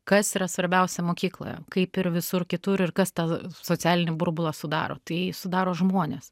kas yra svarbiausia mokykloje kaip ir visur kitur ir kas tą socialinį burbulą sudaro tai sudaro žmonės